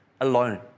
alone